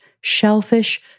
shellfish